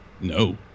No